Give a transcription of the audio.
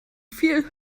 viel